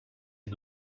est